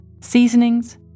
seasonings